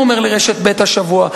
הוא אומר לרשת ב' השבוע.